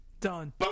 Done